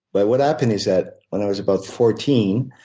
but what happened is that when i was about fourteen,